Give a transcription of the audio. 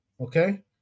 Okay